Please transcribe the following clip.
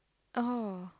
oh